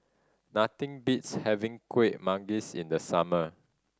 nothing beats having Kuih Manggis in the summer